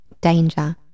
danger